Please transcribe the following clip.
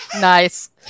Nice